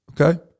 Okay